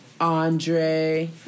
Andre